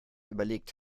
überlegt